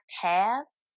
past